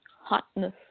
hotness